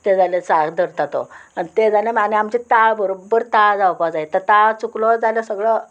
तें जाल्यार साद धरता तो आनी तें जालें मागीर आनी आमचें ता बरोबर ता जावपा जाय ते ता चुकलो जाल्यार सगळो